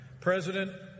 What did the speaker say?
President